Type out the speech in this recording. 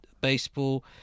baseball